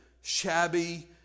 shabby